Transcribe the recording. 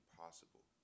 possible